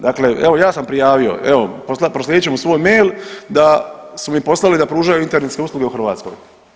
Dakle, evo, ja sam prijavio, evo proslijedit ću mu svoj mail da su mi poslali da pružaju internetske usluge u Hrvatskoj.